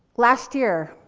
last year,